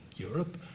Europe